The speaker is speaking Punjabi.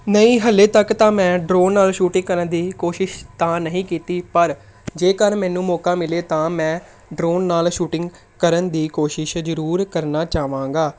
ਨਹੀਂ ਹਾਲੇ ਤੱਕ ਤਾਂ ਮੈਂ ਡਰੋਨ ਨਾਲ ਸ਼ੂਟਿੰਗ ਕਰਨ ਦੀ ਕੋਸ਼ਿਸ਼ ਤਾਂ ਨਹੀਂ ਕੀਤੀ ਪਰ ਜੇਕਰ ਮੈਨੂੰ ਮੌਕਾ ਮਿਲੇ ਤਾਂ ਮੈਂ ਡਰੋਨ ਨਾਲ ਸ਼ੂਟਿੰਗ ਕਰਨ ਦੀ ਕੋਸ਼ਿਸ਼ ਜ਼ਰੂਰ ਕਰਨਾ ਚਾਹਾਂਗਾ